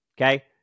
Okay